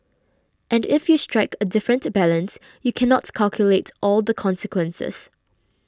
and if you strike a different balance you cannot calculate all the consequences